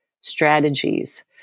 strategies